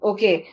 Okay